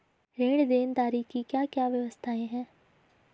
ऋण देनदारी की क्या क्या व्यवस्थाएँ हैं?